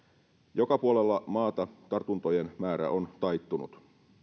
joka puolella maata tartuntojen määrä on taittunut